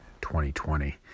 2020